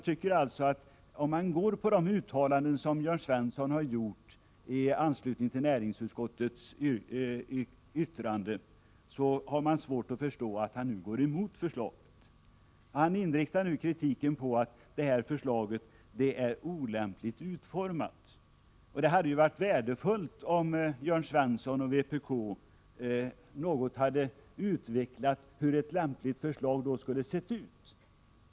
Med hänsyn till de uttalanden som Jörn Svensson gjort i anslutning till näringsutskottets yttrande har man svårt att förstå att han nu går emot förslaget. Han inriktar nu kritiken på att förslaget är olämpligt utformat. Det hade varit värdefullt om Jörn Svensson och vpk något hade utvecklat hur ett lämpligt förslag då skulle ha sett ut.